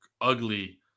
ugly